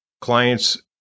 clients